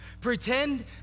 Pretend